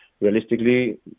realistically